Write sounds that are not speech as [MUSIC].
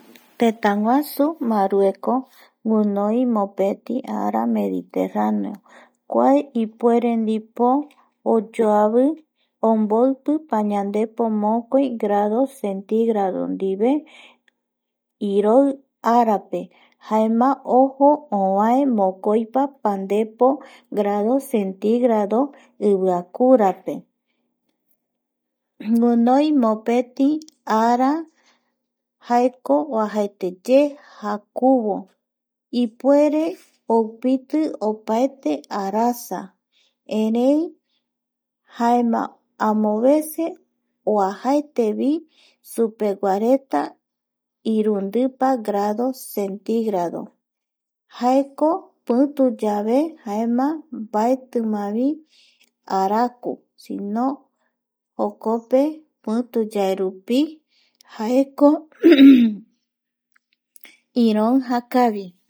Tëtäguasu Marueco guinoi mopeti ara mediterraneo kua ipuere ndipo oyoavi omboipi pañandepo mokoi grado centígrado ndive iroi arape jaema ojo ovae mokoipa pandepo grado centígrado iviakurape guinoi mopeti ara jaeko oajaeteye jakuvo [NOISE] ipuere oupiti opaete arasa erei jaema amovece oajaetevi supeguareta irundipa grado centígrado jaeko pituyave jaema mbaetimavi arakuno jokope pituyaerupi jaeko [NOISE] iroija kavi